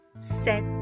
set